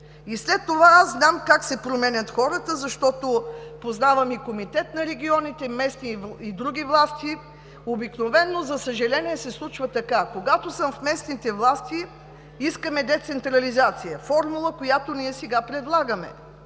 И след това – аз знам как се променят хората, защото познавам и Комитет на регионите, местни и други власти, обикновено, за съжаление, се случва така: когато сме в местните власти, искаме децентрализация, формула, която ние сега предлагаме,